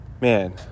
Man